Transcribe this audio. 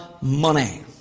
money